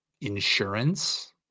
insurance